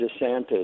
DeSantis